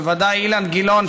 בוודאי אילן גילאון,